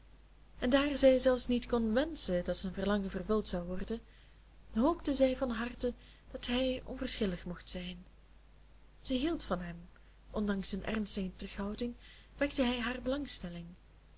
en daar zij zelfs niet kon wenschen dat zijn verlangen vervuld zou worden hoopte zij van harte dat hij onverschillig mocht zijn zij hield van hem ondanks zijn ernst en terughouding wekte hij hare belangstelling